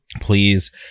please